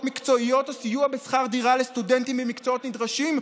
מקצועיות או סיוע בשכר דירה לסטודנטים עם מקצועות נדרשים?